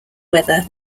weather